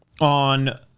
on